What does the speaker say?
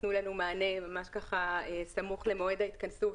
נתנו לנו מענה ממש סמוך למועד ההתכנסות.